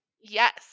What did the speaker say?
Yes